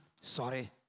Sorry